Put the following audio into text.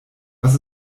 was